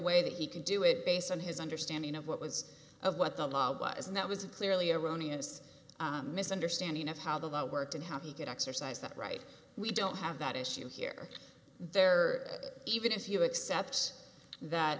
way that he could do it based on his understanding of what was of what the law was and that was a clearly erroneous misunderstanding of how the law worked and how he could exercise that right we don't have that issue here there even if you accept that